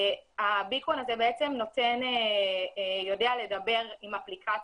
הביקון הזה בעצם יודע לדבר עם אפליקציה.